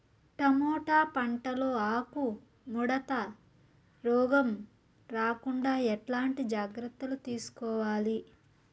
Tomato పంట లో ఆకు ముడత రోగం రాకుండా ఎట్లాంటి జాగ్రత్తలు తీసుకోవాలి?